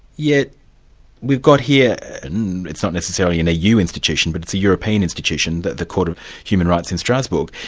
yet we've got here and it's not necessarily an eu institution, but it's a european institution, the the court of human rights in strasbourg,